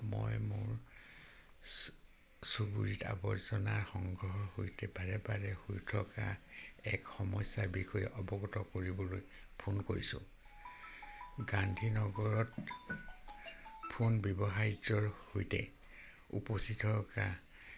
মই মোৰ চু চুবুৰীত আৱৰ্জনা সংগ্ৰহৰ সৈতে বাৰে বাৰে হৈ থকা এক সমস্যাৰ বিষয়ে অৱগত কৰিবলৈ ফোন কৰিছোঁ গান্ধী নগৰত পুন ব্যৱহাৰ্যৰ সৈতে উপচি থকা